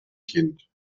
kind